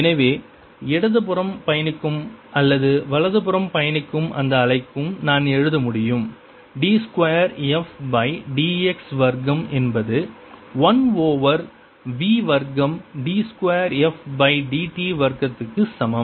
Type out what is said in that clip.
எனவே இடதுபுறம் பயணிக்கும் அல்லது வலதுபுறம் பயணிக்கும் எந்த அலைக்கும் நான் எழுத முடியும் d 2 f பை dx வர்க்கம் என்பது 1 ஓவர் v வர்க்கம் d 2 f பை dt வர்க்கம் க்கு சமம்